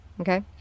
Okay